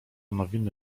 nowiny